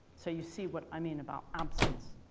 so you see what i mean about absence.